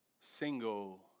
Single